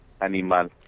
Animal